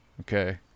okay